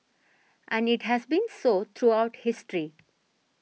and it has been so throughout history